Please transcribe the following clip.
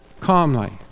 calmly